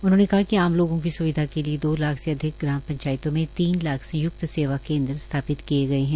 उन्होंने कहा कि आम लोगों की स्विधा के लिए दो लाख से अधिक ग्राम पंचायतों में तीन लाख संय्क्त सेवा केंद्र स्थापित किए गए हैं